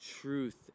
truth